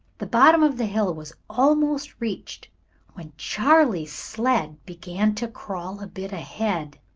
the bottom of the hill was almost reached when charley's sled began to crawl a bit ahead.